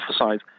emphasize